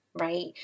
right